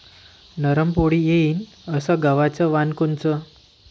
नरम पोळी येईन अस गवाचं वान कोनचं?